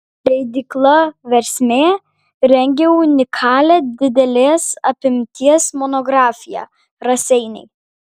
leidykla versmė rengia unikalią didelės apimties monografiją raseiniai